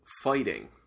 Fighting